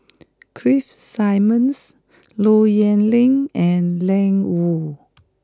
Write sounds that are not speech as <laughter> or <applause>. <noise> Keith Simmons Low Yen Ling and Ian Woo